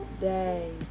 day